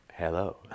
hello